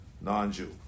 non-Jew